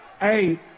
Hey